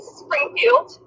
springfield